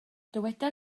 dyweda